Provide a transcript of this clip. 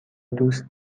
دوست